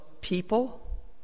people